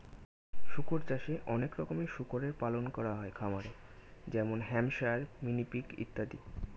শুকর চাষে অনেক রকমের শুকরের পালন করা হয় খামারে যেমন হ্যাম্পশায়ার, মিনি পিগ ইত্যাদি